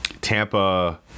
Tampa